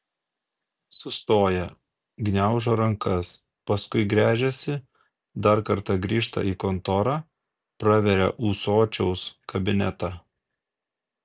sustoja gniaužo rankas paskui gręžiasi dar kartą grįžta į kontorą praveria ūsočiaus kabinetą